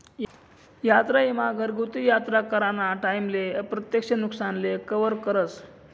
यात्रा ईमा घरगुती यात्रा कराना टाईमले अप्रत्यक्ष नुकसानले कवर करस